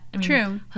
True